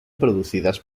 producidas